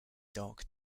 dark